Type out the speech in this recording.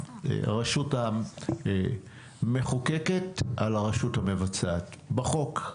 הרשות המחוקקת על הרשות המבצעת בחוק.